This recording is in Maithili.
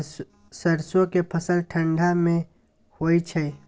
सरसो के फसल ठंडा मे होय छै?